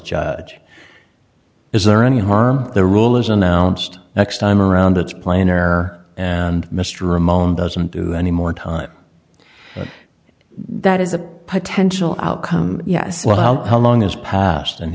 judge is there any harm the rule is announced next time around it's plainer and mr ramon doesn't do any more time that is a potential outcome yes well how how long is passed and